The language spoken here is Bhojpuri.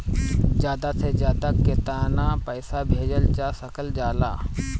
ज्यादा से ज्यादा केताना पैसा भेजल जा सकल जाला?